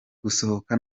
gusohoka